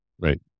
Right